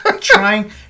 trying